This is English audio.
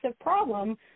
problem